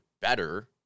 better